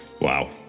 Wow